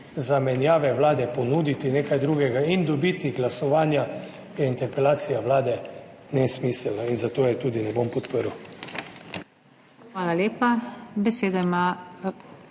zamenjave vlade, ponuditi nekaj drugega in dobiti glasovanje, je interpelacija vlade nesmiselna in zato je tudi ne bom podprl.